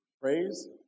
praise